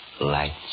Lights